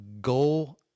Go